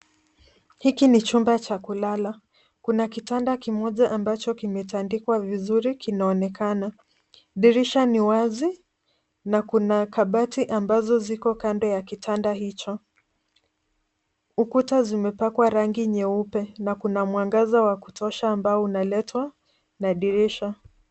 Hiki ni chumba cha kulala. Kuna kitanda kimoja ambacho kimetandikwa vizuri kinaonekana. Dirisha ni wazi na kuna kabati ambazo ziko kando ya kitanda hicho. Ukuta zimepakwa rangi nyeupe na kuna mwangaza wa kutosha ambao unaletwa na dirisha.